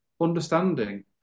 understanding